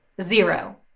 Zero